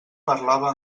parlava